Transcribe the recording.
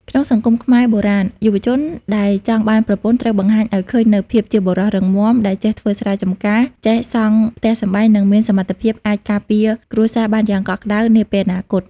ក្នុងសង្គមខ្មែរបុរាណ យុវជនដែលចង់បានប្រពន្ធត្រូវបង្ហាញឱ្យឃើញនូវភាពជាបុរសរឹងមាំ ដែលចេះធ្វើស្រែចម្ការ ចេះសង់ផ្ទះសម្បែង និងមានសមត្ថភាពអាចការពារគ្រួសារបានយ៉ាងកក់ក្ដៅនាពេលអនាគត។